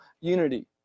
unity